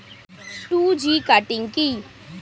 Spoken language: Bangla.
টু জি কাটিং কি?